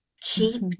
Keep